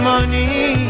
Money